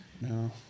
No